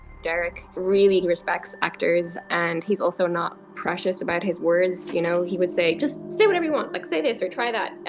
derek really respects actors, and he's also not precious about his words. you know, he would just say, just say whatever you want! like, say this or try that, um,